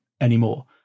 anymore